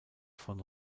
von